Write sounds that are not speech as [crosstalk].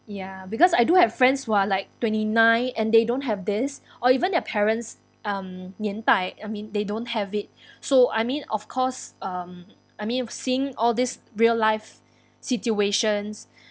ya because I do have friends who are like twenty nine and they don't have this or even their parents um nian dai I mean they don't have it [breath] so I mean of course um I mean seeing all this real life situations